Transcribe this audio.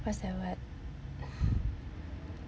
what's that word